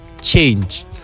change